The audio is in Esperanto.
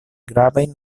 gravajn